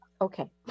Okay